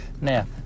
now